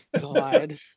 God